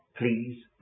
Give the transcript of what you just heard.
please